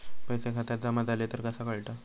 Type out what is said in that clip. पैसे खात्यात जमा झाले तर कसा कळता?